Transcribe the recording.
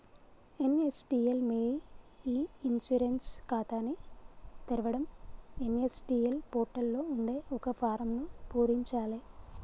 NSDL మీ e insurance ఖాతాని తెరవడం ఎన్.ఎస్.డి.ఎల్ పోర్టల్ లో ఉండే ఒక ఫారమ్ను పూరించాలే